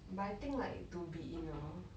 but I think like to be in a